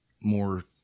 more